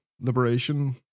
Liberation